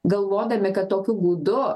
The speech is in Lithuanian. galvodami kad tokiu būdu